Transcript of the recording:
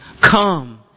Come